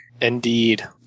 Indeed